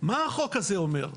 מה החוק הזה אומר,